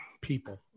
people